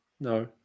No